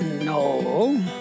no